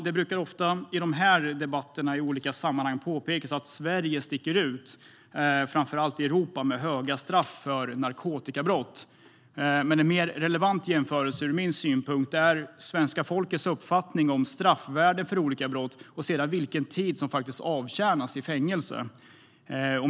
Det brukar ofta i de här debatterna i olika sammanhang påpekas att Sverige sticker ut, framför allt i Europa, med höga straff för narkotikabrott. Från min synpunkt är en mer relevant jämförelse svenska folkets uppfattning om straffvärden för olika brott och vilken tid som sedan faktiskt avtjänas i fängelse.